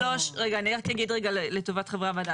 אני רק אגיד רגע לטובת חברי הוועדה.